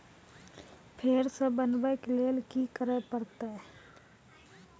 फेर सॅ बनबै के लेल की करे परतै?